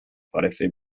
parece